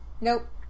Nope